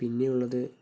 പിന്നെ ഉള്ളത്